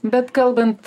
bet kalbant